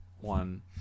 one